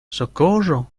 socorro